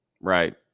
Right